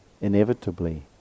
inevitably